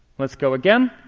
let's go again.